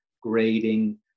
grading